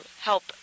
help